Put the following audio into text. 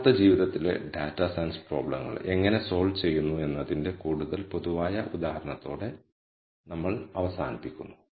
യഥാർത്ഥ ജീവിതത്തിലെ data science പ്രോബ്ലങ്ങൾ എങ്ങനെ സോൾവ് ചെയ്യുന്നു എന്നതിന്റെ കൂടുതൽ പൊതുവായ ഉദാഹരണത്തോടെ നമ്മൾ അവസാനിപ്പിക്കുന്നു